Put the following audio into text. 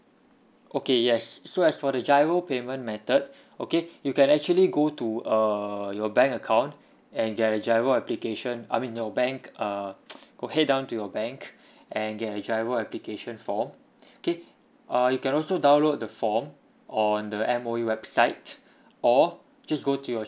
okay yes so as for the G_I_R_O payment method okay you can actually go to err your bank account and they have the G_I_R_O application I mean your bank uh go head down to your bank and get a G_I_R_O application form okay uh you can also download the form on the M_O_E website or just go to your